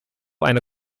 eine